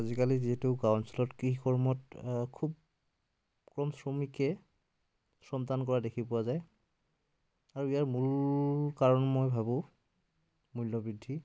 আজিকালি যিহেতু গাঁও অঞ্চলত কৃষি কৰ্মত খুব কম শ্ৰমিকে শ্ৰমদান কৰা দেখি পোৱা যায় আৰু ইয়াৰ মূল কাৰণ মই ভাবোঁ মূল্য় বৃদ্ধি